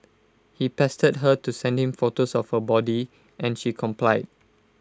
he pestered her to send him photos of her body and she complied